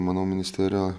manau ministerija